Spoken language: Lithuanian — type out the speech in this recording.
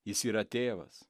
jis yra tėvas